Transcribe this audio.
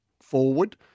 forward